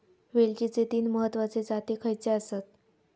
वेलचीचे तीन महत्वाचे जाती खयचे आसत?